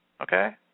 Okay